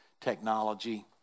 technology